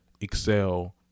excel